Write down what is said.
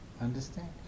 Understand